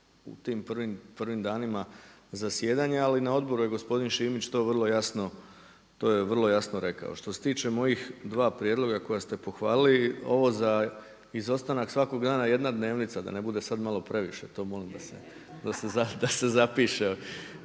prvim, prvim danima zasjedanja ali na odboru je gospodin Šimić to vrlo jasno, to je vrlo jasno rekao. Što se tiče mojih dva prijedloga koja ste pohvalili, ovo za izostanak svakog dana jedna dnevnica, da ne bude sada malo previše, to molim vas da se zapiše.